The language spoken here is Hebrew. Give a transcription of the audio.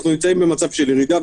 אנחנו נמצאים במצב של ירידה,